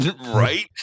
right